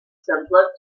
simpler